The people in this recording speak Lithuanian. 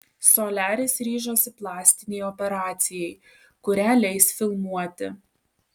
soliaris ryžosi plastinei operacijai kurią leis filmuoti